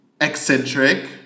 eccentric